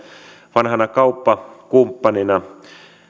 vanhana kauppakumppanina